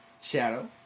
Shadow